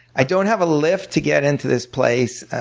i don't have a lift to get into this place.